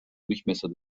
durchmesser